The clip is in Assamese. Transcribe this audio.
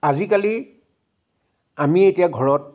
আজিকালি আমি এতিয়া ঘৰত